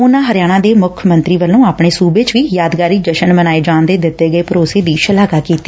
ਉਨਾਂ ਹਰਿਆਣਾ ਦੇ ਮੁੱਖ ਮੰਤਰੀ ਵਾਲੋਂ ਆਪਣੇ ਸੁਬੇ ਵਿੱਚ ਵੀ ਯਾਦਗਾਰੀ ਜਸ਼ਨ ਮਨਾਏ ਜਾਣ ਦੇ ਦਿੱਤੇ ਗਏ ਭਰੋਸੇ ਦੀ ਸ਼ਲਾਘਾ ਕੀਤੀ